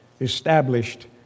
established